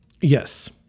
Yes